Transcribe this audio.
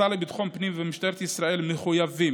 השר לביטחון פנים ומשטרת ישראל מחויבים